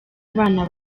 abana